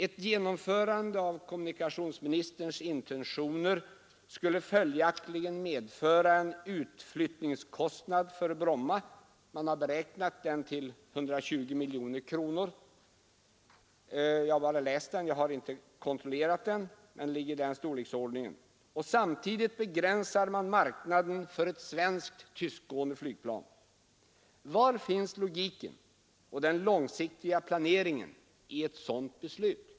Ett genomförande av kommunikationsministerns intentioner skulle följaktligen medföra en utflyttningskostnad för Brommaflyget, beräknad till cirka 120 miljoner kronor — jag har inte kontrollerat kostnaden, men den torde ligga någonstans i den storleksordningen — och samtidigt begränsa marknaden för ett svenskt tystgående flygplan. Var finns logiken och den långsiktiga planeringen i ett sådant beslut?